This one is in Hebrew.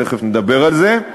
תכף נדבר על זה,